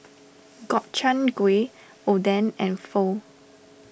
Gobchang Gui Oden and Pho